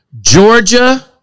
Georgia